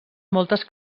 moltes